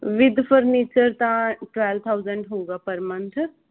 with furniture ਦਾ twelve thousand ਹੋਊਗਾ ਪਰ ਮੰਥ